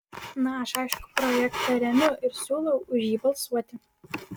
na aš aišku projektą remiu ir siūlau už jį balsuoti